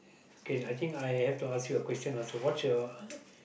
okay I think I have to ask you a question also what's your